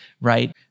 right